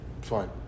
Fine